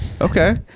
okay